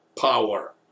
power